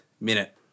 minute